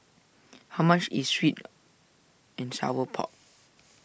how much is Sweet and Sour Pork